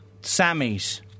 Sammy's